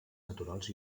naturals